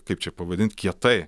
kaip čia pavadint kietai